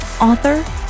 author